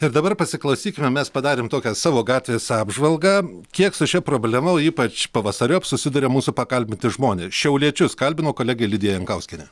ir dabar pasiklausykime mes padarėm tokią savo gatvės apžvalgą kiek su šia problema ypač pavasariop susiduria mūsų pakalbinti žmonė šiauliečius kalbino kolegė lidija jankauskienė